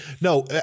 no